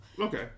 Okay